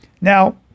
Now